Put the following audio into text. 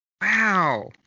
Wow